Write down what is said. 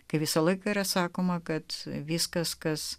kai visą laiką yra sakoma kad viskas kas